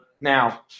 Now